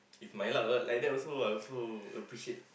if my luck uh like that also I also appreciate